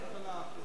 אינו נוכח